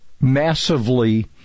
massively